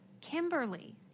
Kimberly